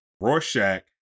Rorschach